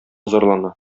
зарлана